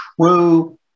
true